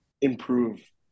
improve